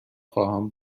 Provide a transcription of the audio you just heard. خواهم